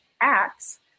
acts